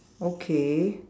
okay